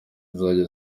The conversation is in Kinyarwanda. zizajya